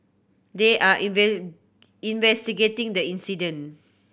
they are investigating the incident